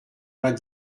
vingt